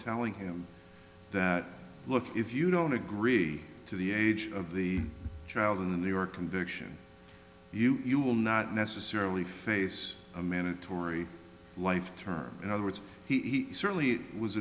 telling him that look if you don't agree to the age of the child and your conviction you you will not necessarily face a mandatory life term in other words he certainly was